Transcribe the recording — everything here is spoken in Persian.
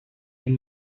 این